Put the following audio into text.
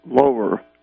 lower